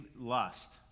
lust